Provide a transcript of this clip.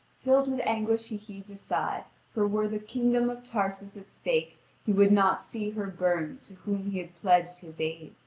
filled with anguish he heaved a sigh, for were the kingdom of tarsus at stake he would not see her burned to whom he had pledged his aid.